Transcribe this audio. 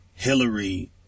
Hillary